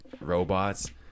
robots